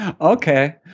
okay